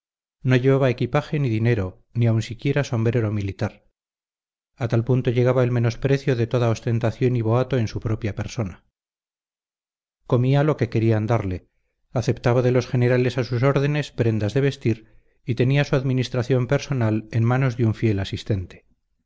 no llevaba equipaje ni dinero ni aun siquiera sombrero militar a tal punto llegaba el menosprecio de toda ostentación y boato en su propia persona comía lo que querían darle aceptaba de los generales a sus órdenes prendas de vestir y tenía su administración personal en manos de un fiel asistente